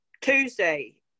tuesday